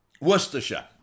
Worcestershire